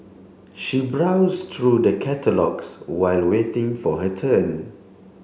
she browsed through the catalogues while waiting for her turn